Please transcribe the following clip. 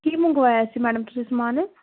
ਕੀ ਮੰਗਵਾਇਆ ਸੀ ਮੈਡਮ ਤੁਸੀਂ ਸਮਾਨ